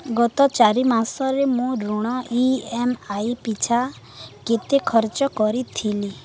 ଗତ ଚାରି ମାସରେ ମୁଁ ଋଣ ଇ ଏମ୍ ଆଇ ପିଛା କେତେ ଖର୍ଚ୍ଚ କରିଥିଲି